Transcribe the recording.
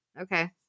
Okay